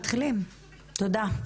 תודה.